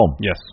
Yes